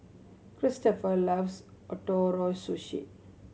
Christoper loves Ootoro Sushi